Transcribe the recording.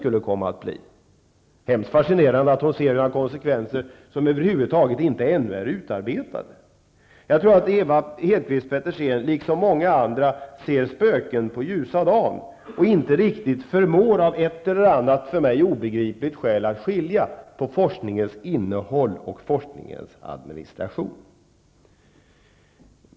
Det är fascinerande att hon kan se konsekvenser av någonting som ännu inte är utarbetat. Jag tror att Ewa Hedkvist Petersen liksom många andra ser spöken på ljusa dagen och av ett eller annat skäl, för mig obegripligt, inte riktigt förstår att skilja på forskningens innehåll och forskningens administration.